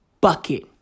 bucket